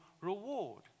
reward